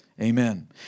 Amen